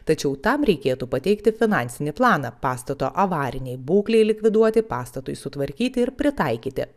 tačiau tam reikėtų pateikti finansinį planą pastato avarinei būklei likviduoti pastatui sutvarkyti ir pritaikyti